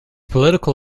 political